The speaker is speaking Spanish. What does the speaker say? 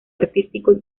artístico